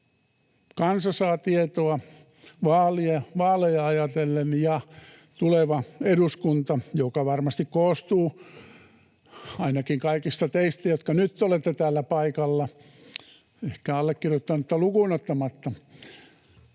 Kansa saa tietoa vaaleja ajatellen ja tuleva eduskunta, joka varmasti koostuu ainakin kaikista teistä, jotka nyt olette täällä paikalla — ehkä allekirjoittanutta lukuun ottamatta.